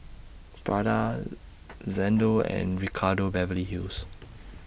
Prada Xndo and Ricardo Beverly Hills